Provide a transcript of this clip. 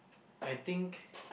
I think